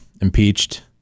impeached